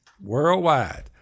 worldwide